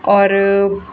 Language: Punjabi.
ਔਰ